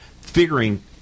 figuring